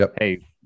hey